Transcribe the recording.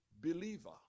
believer